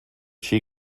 she